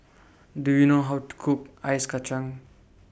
Do YOU know How to Cook Ice Kachang